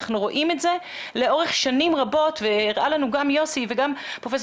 אנחנו רואים את זה לאורך שנים רבות והראה לנו גם יוסי וגם פרופ'